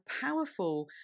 powerful